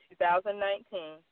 2019